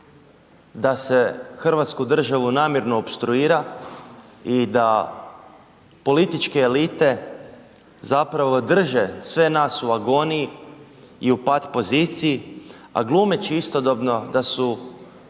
da se hrvatsku državu namjerno opstruira i da političke elite zapravo drže sve nas u agoniji i u pat poziciji, a glumeći istodobno da im